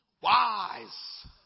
wise